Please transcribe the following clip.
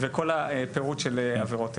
וכל הפירוט של עבירות טרור.